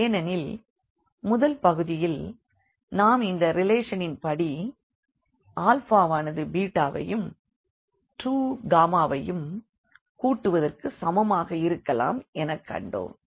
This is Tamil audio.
ஏனெனில் முதல் பகுதியில் நாம் இந்த ரிலேஷனின் படி ஆனது யையும் 2 ஐயும் கூட்டுவதற்கு சமமாக இருக்கலாம் எனக் கண்டோம்